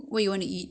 okay